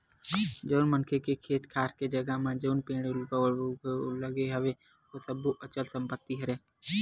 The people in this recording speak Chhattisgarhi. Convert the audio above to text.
जउन मनखे के खेत खार के जघा म जउन पेड़ पउधा लगे हवय ओ सब्बो अचल संपत्ति हरय